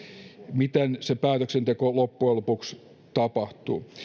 miten se päätöksenteko loppujen lopuksi tapahtuu